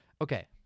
Okay